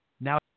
now